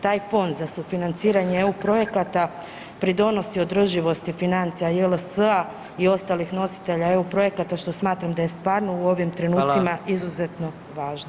Taj Fond za sufinanciranje eu projekata pridonosi održivosti financija JLS-a i ostalih nositelja eu projekata što smatram da je stvarno u ovim trenucima izuzetno važno.